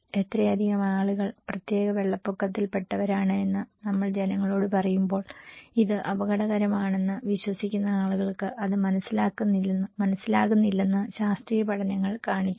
ഇത്രയധികം ആളുകൾ പ്രത്യേക വെള്ളപ്പൊക്കത്തിൽ പെട്ടവരാണ് എന്ന് നമ്മൾ ജനങ്ങളോട് പറയുമ്പോൾ ഇത് അപകടകരമാണെന്ന് വിശ്വസിക്കുന്ന ആളുകൾക്ക് അത് മനസ്സിലാകുന്നില്ലെന്ന് ശാസ്ത്രീയ പഠനങ്ങൾ കാണിക്കുന്നു